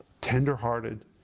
tender-hearted